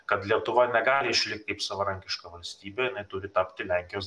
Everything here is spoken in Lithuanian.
kad lietuva negali išlikt kaip savarankiška valstybė jinai turi tapti lenkijos